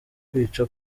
kwica